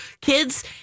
kids